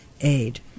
aid